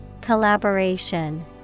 Collaboration